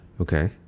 Okay